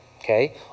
okay